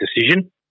decision